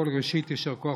קודם כול, ראשית, יישר כוח.